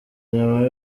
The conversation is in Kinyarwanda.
nyuma